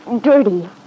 dirty